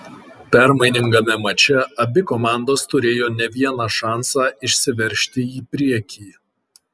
permainingame mače abi komandos turėjo ne vieną šansą išsiveržti į priekį